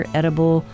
edible